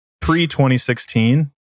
pre-2016